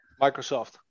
Microsoft